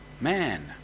man